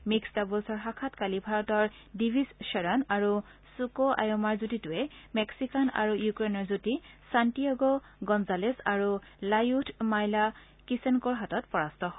মিস্ক doubles শাখাত কালি ভাৰতৰ দিভিজ শ্বৰণ আৰু চুক আয়োমাৰ যুটিটোৱে মেক্সিকান আৰু ইউক্ৰেনৰ যুটি ছাণ্টিআগ' গনজালেজ আৰু লাইয়ূঠ মাইলা কিছেনকৰ হাতত পৰাস্ত হয়